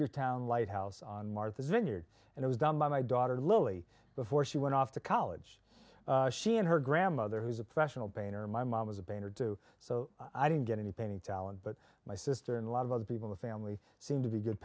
of town lighthouse on martha's vineyard and it was done by my daughter lily before she went off to college she and her grandmother who's a professional painter my mom was a painter too so i didn't get any painting talent but my sister and a lot of other people the family seemed to be good